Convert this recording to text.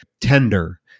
tender